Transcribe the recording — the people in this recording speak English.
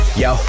yo